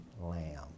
Lamb